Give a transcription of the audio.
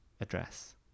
address